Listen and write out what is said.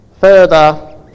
further